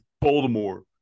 Baltimore